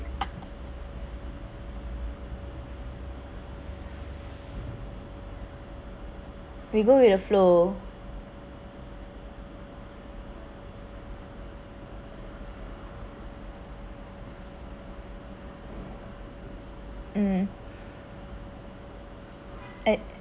we go with the flow um at